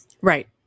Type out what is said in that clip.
Right